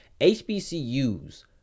HBCUs